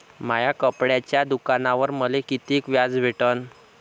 माया कपड्याच्या दुकानावर मले कितीक व्याज भेटन?